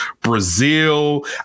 Brazil